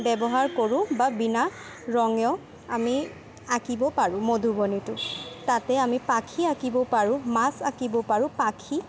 ব্যৱহাৰ কৰোঁ বা বিনা ৰঙেও আমি আঁকিব পাৰোঁ মধুবনীটো তাতে আমি পাখি আঁকিব পাৰোঁ মাছ আঁকিব পাৰোঁ পাখি